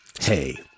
hey